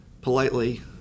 politely